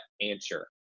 answer